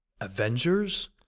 Avengers